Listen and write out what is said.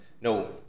No